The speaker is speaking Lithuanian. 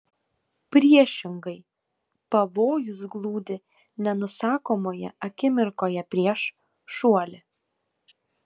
priešingai pavojus gludi nenusakomoje akimirkoje prieš šuoli